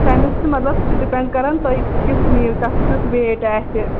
تٔمِس چھُ مطلب سُہ ڈِپینٛڈ کَران تُہۍ کِژ نِیِو تَتھ کیُٚتھ ویٹ آسہِ